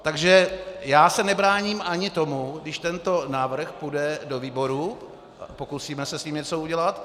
Takže já se nebráním ani tomu, když tento návrh půjde do výboru, pokusíme se s ním něco udělat.